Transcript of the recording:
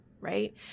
right